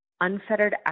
Unfettered